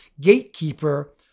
gatekeeper